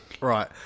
Right